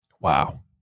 Wow